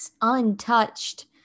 untouched